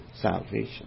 salvation